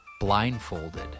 blindfolded